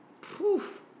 poof